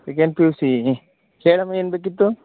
second P U C ಹೇಳಮ್ಮ ಏನು ಬೇಕಿತ್ತು